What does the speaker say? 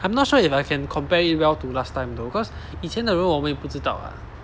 I'm not sure if I can compare it well to last time though cause 以前的人我们也不知道啊